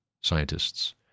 scientists